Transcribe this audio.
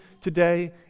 today